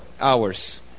hours